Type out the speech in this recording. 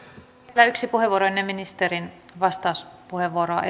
vielä yksi puheenvuoro ennen ministerin vastauspuheenvuoroa